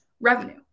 revenue